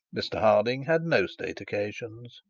mr harding, had no state occasions.